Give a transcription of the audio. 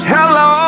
Hello